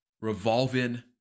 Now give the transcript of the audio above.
revolving